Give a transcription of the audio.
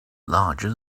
larger